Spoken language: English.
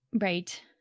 right